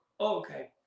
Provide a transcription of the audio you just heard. okay